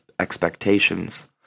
expectations